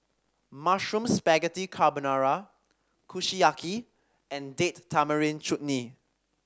Mushroom Spaghetti Carbonara Kushiyaki and Date Tamarind Chutney